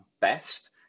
best